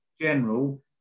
general